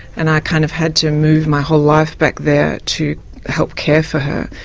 and i kind of had to move my whole life back there to help care for her.